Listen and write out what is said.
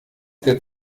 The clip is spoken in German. der